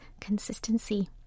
consistency